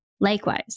Likewise